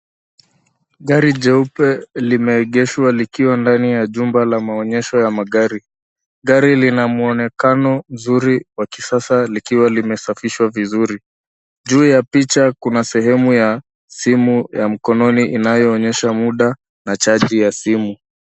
Gari jeupe limeegeshwa likiwa ndani ya jumba la maonyesho la magari. Gari linamwonekano nzuri ya kisasa likiwalimesafishwa vizuri. Juu yapicha, kuna sehemu ya simu ya mkononi inayoonyesha muda na chaji ya simu.